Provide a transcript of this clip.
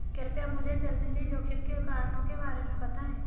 कृपया मुझे चल निधि जोखिम के कारणों के बारे में बताएं